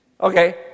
Okay